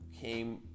came